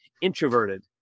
introverted